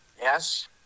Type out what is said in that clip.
Yes